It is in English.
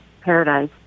paradise